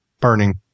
burning